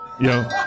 Yo